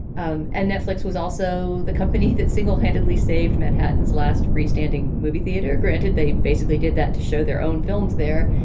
um and netflix was also the company that singlehandedly saved manhattan's last freestanding movie theater. granted, granted, they basically did that to show their own films there,